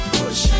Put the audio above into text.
push